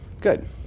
good